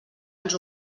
ens